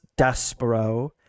Despero